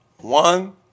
One